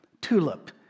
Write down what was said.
Tulip